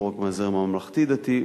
לא רק מהזרם הממלכתי-דתי,